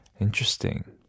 Interesting